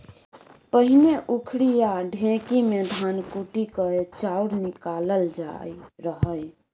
पहिने उखरि या ढेकी मे धान कुटि कए चाउर निकालल जाइ रहय